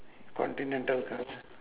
continental cars